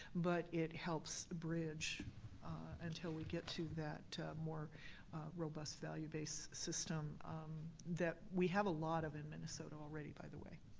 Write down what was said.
but it helps bridge until we get to that more robust, value-based system that we have a lot of in minnesota already, by the way.